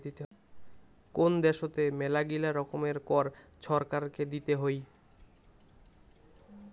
কোন দ্যাশোতে মেলাগিলা রকমের কর ছরকারকে দিতে হই